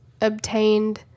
obtained